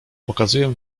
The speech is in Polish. pokazuję